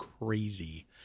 crazy